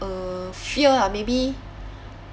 uh fear ah maybe